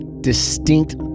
distinct